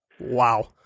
Wow